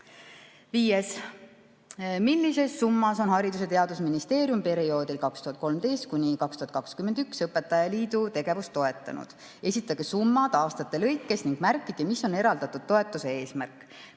küsimus: "Millises summas on Haridus- ja Teadusministeerium perioodil 2013–2021 EÕL‑i tegevust toetanud? Esitage summad aastate lõikes ning märkige, mis on eraldatud toetuse eesmärk.